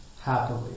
happily